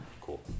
Cool